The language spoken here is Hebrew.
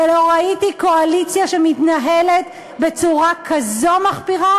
ולא ראיתי קואליציה שמתנהלת בצורה כזו מחפירה